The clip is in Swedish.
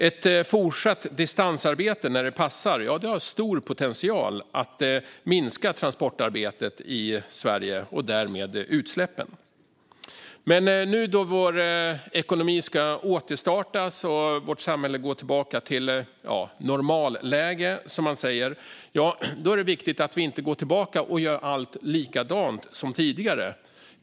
Ett fortsatt distansarbete när det passar har stor potential att minska transportarbetet i Sverige och därmed utsläppen. Nu då vår ekonomi ska återstartas och vårt samhälle gå tillbaka till normalläge, som man säger, är det viktigt att vi inte går tillbaka och gör allt likadant som tidigare.